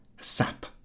sap